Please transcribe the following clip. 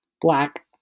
Black